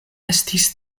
estis